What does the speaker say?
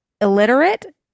illiterate